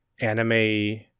anime